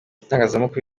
itangazamakuru